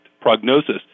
prognosis